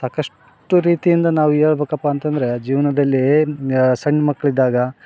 ಸಾಕಾಷ್ಟು ರೀತಿ ಇಂದ ನಾವು ಹೇಳ್ಬೇಕ್ಕಪ್ಪ ಅಂತಂದರೆ ಜೀವನದಲ್ಲಿ ಸಣ್ಣ ಮಕ್ಳು ಇದ್ದಾಗ